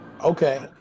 Okay